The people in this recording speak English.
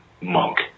monk